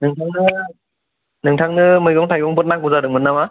नोंथाङा नोंथांनो मैगं थाइगं जादों मोन नामा